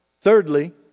Thirdly